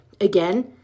Again